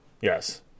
Yes